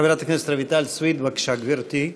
חברת הכנסת רויטל סויד, בבקשה, גברתי.